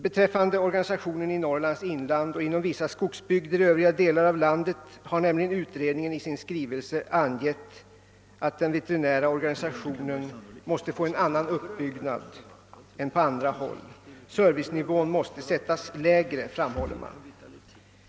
Beträffande organisationen i Norrlands inland och inom vissa skogsbygder i övriga delar av landet har nämligen utredningen i sin skrivelse angett, att den veterinära organisationen måste få en annan uppbyggnad än på andra håll. Servicenivån måste sättas lägre, framhåller man.